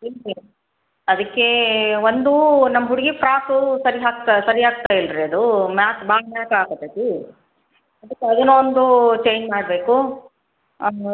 ಅದಕ್ಕೇ ಒಂದು ನಮ್ಮ ಹುಡಿಗಿ ಫ್ರಾಕೂ ಸರಿ ಹಾಕ್ತ ಸರಿ ಆಗ್ತಾ ಇಲ್ರಿ ಅದೂ ಮ್ಯಾಲೆ ಭಾಳ ಮ್ಯಾಲೆ ಆಗಕತ್ತತೆ ಅದಕ್ಕೆ ಅದೇನೋ ಒಂದು ಚೇಂಜ್ ಮಾಡಬೇಕು